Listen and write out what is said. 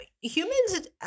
humans